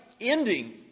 ending